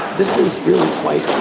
this is really quite